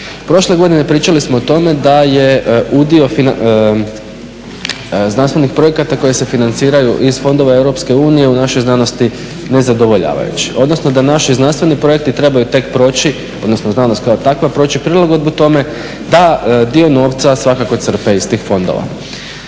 Prošle godine pričali smo o tome da udio znanstvenih projekata koji se financiraju iz fondova Europske unije u našoj znanosti nezadovoljavajući, odnosno da naši znanstveni projekti trebaju tek proći, odnosno znanost kao takva proći prilagodbu tome da dio novca svakako crpe iz tih fondova.